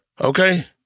Okay